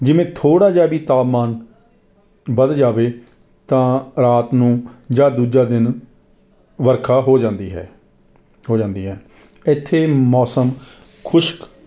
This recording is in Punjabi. ਜਿਵੇਂ ਥੋੜ੍ਹਾ ਜਿਹਾ ਵੀ ਤਾਪਮਾਨ ਵੱਧ ਜਾਵੇ ਤਾਂ ਰਾਤ ਨੂੰ ਜਾਂ ਦੂਜਾ ਦਿਨ ਵਰਖਾ ਹੋ ਜਾਂਦੀ ਹੈ ਹੋ ਜਾਂਦੀ ਹੈ ਇੱਥੇ ਮੌਸਮ ਖੁਸ਼ਕ